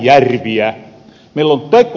meillä on tekoaltahia